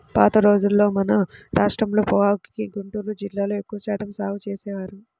పాత రోజుల్లో మన రాష్ట్రంలో పొగాకుని గుంటూరు జిల్లాలో ఎక్కువ శాతం సాగు చేసేవారు